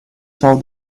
told